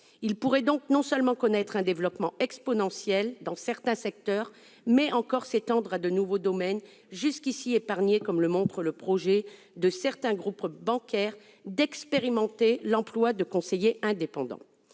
Il pourrait donc non seulement connaître un développement exponentiel dans certains secteurs, mais encore s'étendre à de nouveaux domaines jusqu'ici épargnés, comme le montre le projet de certains groupes bancaires d'expérimenter l'emploi de conseillers indépendants.